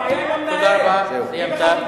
הבעיה היא לא עם הבוגרים, הבעיה היא עם המנהל.